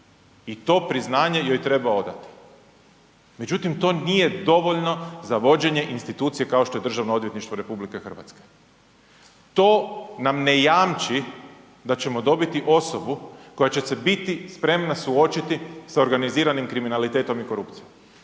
I to priznanje joj treba odati. Međutim, to nije dovoljno za vođenje institucije kao što je DORH. To nam ne jamči da ćemo dobiti osobu koja će se biti spremna suočiti sa organiziranim kriminalitetom i korupcijom.